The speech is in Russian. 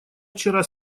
вчера